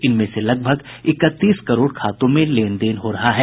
इनमें से लगभग इकतीस करोड़ खातों में लेनदेन हो रहा है